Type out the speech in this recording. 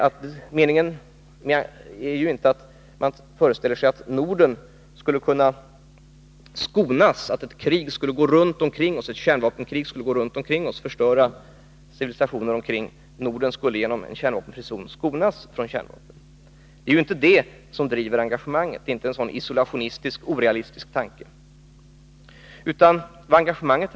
Vi föreställer oss ju inte att Norden som kärnvapenfri zon skulle kunna skonas i ett kärnvapenkrig, att det skulle pågå runt omkring oss och förstöra civilisationer enbart där. Det är inte en så isolationistisk och orealistisk tanke som driver engagemanget.